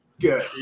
good